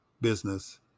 business